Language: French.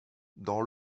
dans